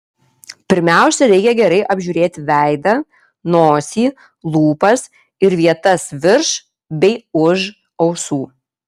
pirmiausia reikia gerai apžiūrėti veidą nosį lūpas ir vietas virš bei už ausų